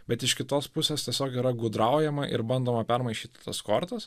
bet iš kitos pusės tiesiog yra gudraujama ir bandoma permaišyti tas kortas